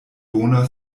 bona